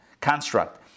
construct